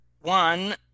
One